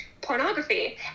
pornography